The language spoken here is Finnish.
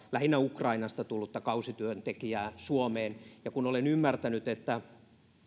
lähinnä ukrainasta tullutta kausityöntekijää suomeen ja kun olen ymmärtänyt että